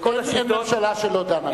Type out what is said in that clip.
וכל ראשי הממשלה דנו בזה.